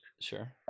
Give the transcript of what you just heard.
Sure